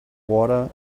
water